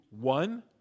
one